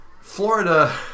Florida